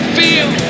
feel